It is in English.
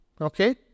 Okay